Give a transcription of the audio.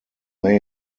may